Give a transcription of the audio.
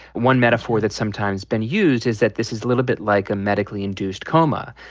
one metaphor that's sometimes been used is that this is a little bit like a medically induced coma.